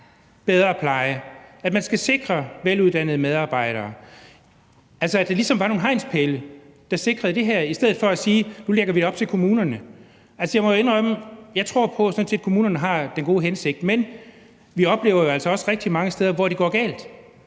bedre pleje, at man skal sikre veluddannede medarbejdere, altså så der ligesom var nogle hegnspæle, der sikrede det her, i stedet for at sige, at nu lægger vi det op til kommunerne. Jeg tror sådan set på, at kommunerne har den gode hensigt, men vi oplever jo altså også rigtig mange steder, hvor det går galt,